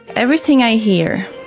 everything i hear,